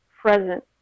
present